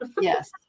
yes